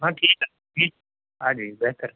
ہاں ٹھیک ہے ٹھیک آ جائیے بہتر